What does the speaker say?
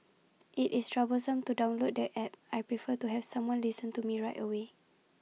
IT is troublesome to download the App I prefer to have someone listen to me right away